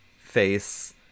face